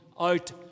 out